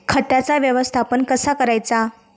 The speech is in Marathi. खताचा व्यवस्थापन कसा करायचा?